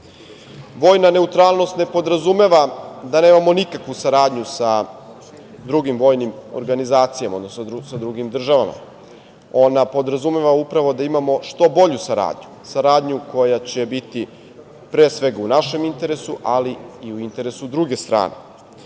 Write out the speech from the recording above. Vojna neutralnost ne podrazumeva da nemamo nikakvu saradnju sa drugim vojnim organizacijama, odnosno sa drugim državama, ona podrazumeva da upravo imamo što bolju saradnju. Saradnju koja će biti pre svega u našem interesu, ali i u interesu druge strane. To